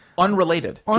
Unrelated